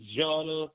genre